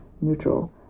neutral